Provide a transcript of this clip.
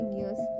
years